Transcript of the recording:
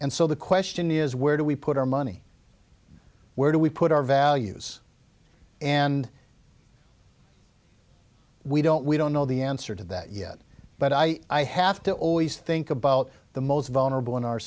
and so the question is where do we put our money where do we put our values and we don't we don't know the answer to that yet but i i have to always think about the most vulnerable in our